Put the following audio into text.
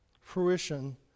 fruition